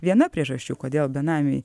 viena priežasčių kodėl benamiai